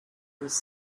was